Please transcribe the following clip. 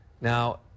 Now